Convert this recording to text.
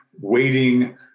waiting